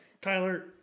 Tyler